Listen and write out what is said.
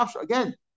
Again